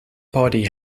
body